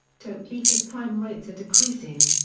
topeka's crime rates are decreasing.